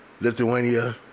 lithuania